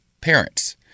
parents